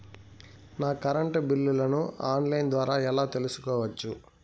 నా కరెంటు బిల్లులను online ద్వారా ఎలా తెలుసుకోవచ్చు?